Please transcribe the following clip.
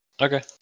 Okay